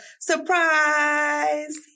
surprise